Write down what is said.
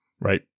right